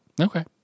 Okay